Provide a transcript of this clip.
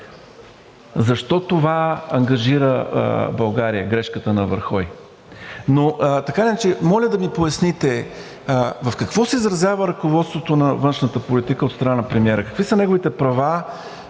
защо това ангажира България – грешка на Вархеи? Така или иначе, моля да ми поясните: в какво се изразява ръководството на външната политика от страна на премиера? Какви са неговите права